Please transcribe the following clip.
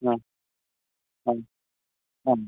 അ അ അ